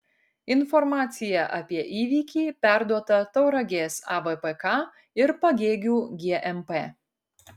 informacija apie įvykį perduota tauragės avpk ir pagėgių gmp